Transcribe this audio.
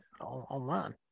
online